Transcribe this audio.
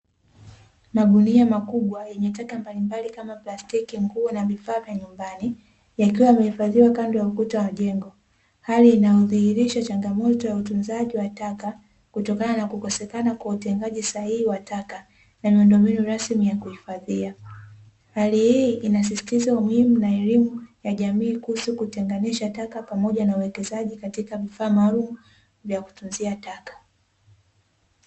Magunia makubwa yenye taka mbalimbali kama plastiki, nguo na vifaa vya nyumbani, yakiwa yamehifadhiwa kando ya ukutani wa jengo; hali inayodhirisha changamoto ya utunzaji wa taka, kutokana na kukosekana kwa utengaji sahihi wa taka na miundombinu rasmi ya kuhifadhia. Hali hii inasisitiza umuhimu na elimu ya jamii kuhusu kutenganisha taka, pamoja na uwekezaji katika vifaa maalumu vya kutunzia taka.